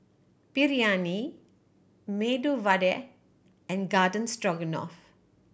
Biryani Medu Vada and Garden Stroganoff